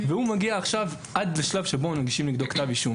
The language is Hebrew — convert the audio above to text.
הוא מגיע לשלב שמגישים נגדו כתב אישום.